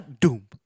Doom